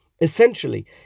Essentially